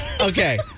Okay